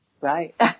right